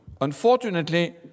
Unfortunately